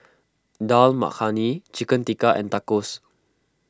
Dal Makhani Chicken Tikka and Tacos